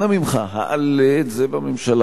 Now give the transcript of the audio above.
אנא ממך, תעלה את זה בממשלה.